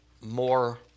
more